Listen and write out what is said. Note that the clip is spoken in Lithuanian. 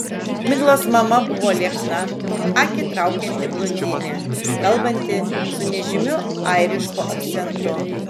miglos mama buvo liekna akį traukianti blondinė kalbanti su nežymiu airišku akcentu